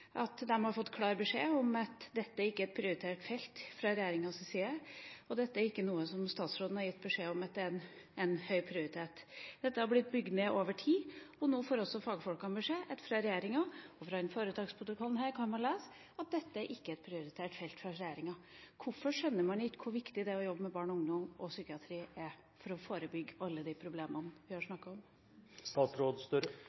at dette ikke er et prioritert felt fra regjeringas side, og dette er noe som statsråden har gitt beskjed om at ikke har høy prioritet. Dette har blitt bygd ned over tid, og nå får også fagfolkene beskjed fra regjeringa – i foretaksprotokollen kan man lese at dette ikke er et prioritert felt for regjeringa. Hvorfor skjønner man ikke hvor viktig det er å jobbe med barn og ungdom og psykiatri for å forebygge alle de problemene vi har